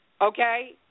Okay